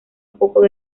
poco